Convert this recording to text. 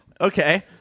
Okay